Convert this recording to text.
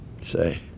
Say